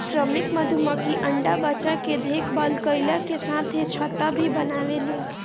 श्रमिक मधुमक्खी अंडा बच्चा के देखभाल कईला के साथे छत्ता भी बनावेले